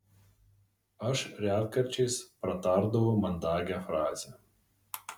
aš retkarčiais pratardavau mandagią frazę